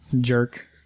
jerk